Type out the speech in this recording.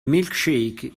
milkshake